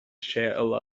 share